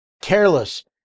Careless